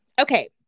okay